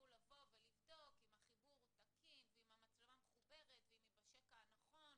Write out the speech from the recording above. יצטרכו לבדוק אם החיבור תקין ואם המצלמה מחוברת ואם היא בשקע הנכון,